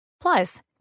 Plus